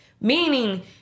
Meaning